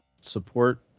support